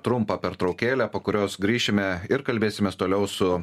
trumpą pertraukėlę po kurios grįšime ir kalbėsimės toliau su